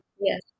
Yes